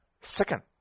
Second